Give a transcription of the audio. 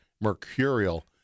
mercurial